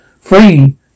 Free